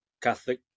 catholic